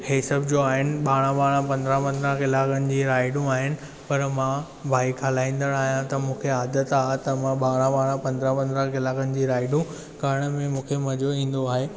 हे सभु जो आहिनिॿारहां ॿारहां पंदरहं पंदरहं किलाकनि जी राईडू आहिनि पर मां बाइक हलाइंदड़ु आहियां त मूंखे आदत आहे त मां बारहां बारहां पंद्रहं पंद्रहं किलाकनि जी राइडू करण में मूंखे मज़ो ईंदो आहे